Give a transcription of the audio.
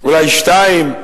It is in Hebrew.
אולי שתיים: